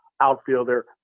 outfielder